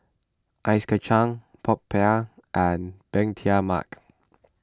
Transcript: Ice Kacang Popiah and Bee Tai Mak